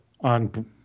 on